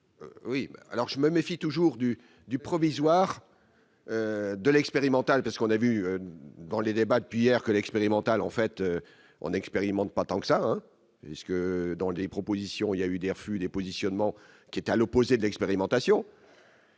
Oui, alors je me méfie toujours du du provisoire de l'expérimental parce qu'on a vu dans les débats depuis hier que l'expérimental, en fait, on expérimente pas tant que ça, jusque dans les propositions, il y a eu des refus des positionnements qui est à l'opposé de l'expérimentation.